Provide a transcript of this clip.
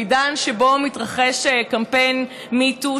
בעידן שבו מתרחש קמפיין Me Too,